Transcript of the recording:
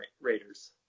Raiders